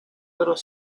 little